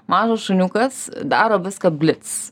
mažas šuniukas daro viską blits